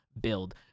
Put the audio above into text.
build